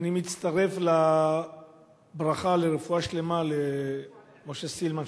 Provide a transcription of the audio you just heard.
אני מצטרף לברכת רפואה שלמה למשה סילמן,